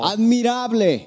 Admirable